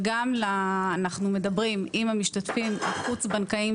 וגם אנחנו מדברים עם המשתתפים החוץ-בנקאיים,